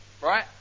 right